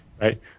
Right